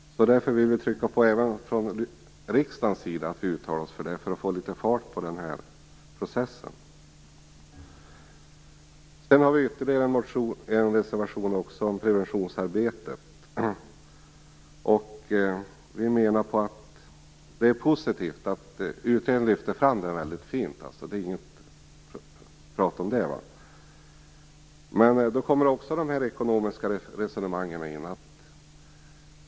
Därför vill vi trycka på så att vi även från riksdagens sida uttalar oss för detta, för att få litet fart på processen. Vi har ytterligare en reservation. Den handlar om preventionsarbetet. Utredningen lyfter fram det mycket fint, det är inte tal om det. Men här kommer också de ekonomiska resonemangen in.